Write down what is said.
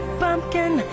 pumpkin